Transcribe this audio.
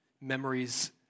memories